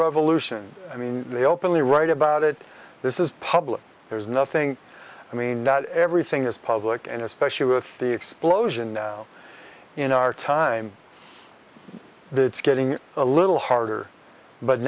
revolution i mean they openly write about it this is public there is nothing i mean that everything is public and especially with the explosion in our time the it's getting a little harder but